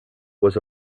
was